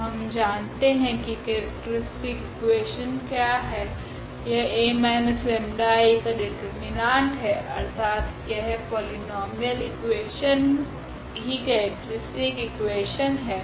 तो हम जानते है की केरेक्ट्रीस्टिक इकुवेशन क्या है यह 𝐴−𝜆𝐼 का डिटर्मिनांट है अर्थात यह पोलीनोमीयल इकुवेशन ही केरेक्ट्रीस्टिक इकुवेशन है